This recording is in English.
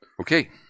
Okay